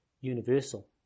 universal